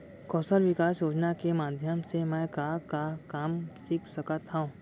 कौशल विकास योजना के माधयम से मैं का का काम सीख सकत हव?